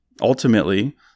ultimately